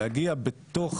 להגיע בתוך